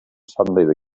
suddenly